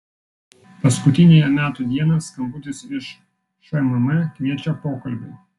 paskutiniąją metų dieną skambutis iš šmm kviečia pokalbiui